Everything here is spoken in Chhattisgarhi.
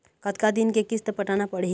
कतका दिन के किस्त पटाना पड़ही?